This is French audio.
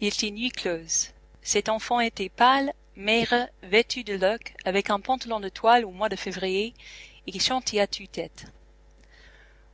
il était nuit close cet enfant était pâle maigre vêtu de loques avec un pantalon de toile au mois de février et chantait à tue-tête